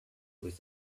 with